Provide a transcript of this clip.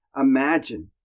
Imagine